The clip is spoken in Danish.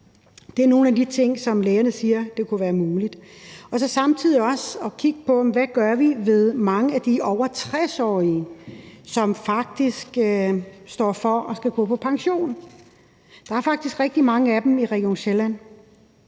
Det er nogle af de ting, lægerne siger kunne være mulige. Samtidig skal vi også kigge på, hvad vi gør i forhold til mange af de over 60-årige læger, som faktisk står over for at skulle gå på pension. Der er faktisk rigtig mange af dem i Region Sjælland,